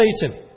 Satan